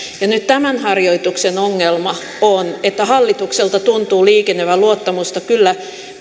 ja nyt tämän harjoituksen ongelma on että hallitukselta tuntuu liikenevän luottamusta kyllä